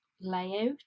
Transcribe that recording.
layout